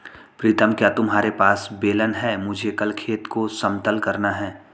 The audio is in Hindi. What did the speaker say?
प्रीतम क्या तुम्हारे पास बेलन है मुझे कल खेत को समतल करना है?